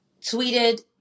tweeted